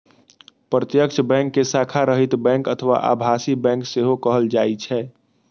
प्रत्यक्ष बैंक कें शाखा रहित बैंक अथवा आभासी बैंक सेहो कहल जाइ छै